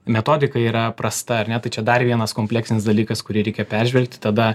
metodika yra prasta ar ne tai čia dar vienas kompleksinis dalykas kurį reikia peržvelgti tada